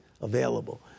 available